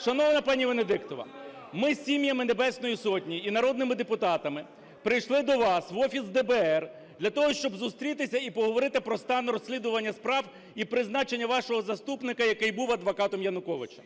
Шановна пані Венедіктова, ми з сім'ями Небесної Сотні і народними депутатами прийшли до вас в офіс ДБР для того, щоб зустрітися і поговорити про стан розслідування справ і призначення вашого заступника, який був адвокатом Януковича.